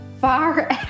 Far